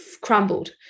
crumbled